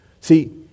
See